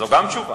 זו גם תשובה.